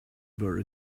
were